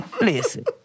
listen